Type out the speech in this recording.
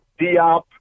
Diop